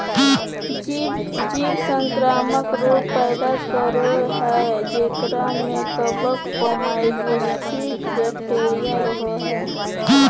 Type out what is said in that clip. जीव संक्रामक रोग पैदा करो हइ जेकरा में कवक, ओमाइसीट्स, बैक्टीरिया रहो हइ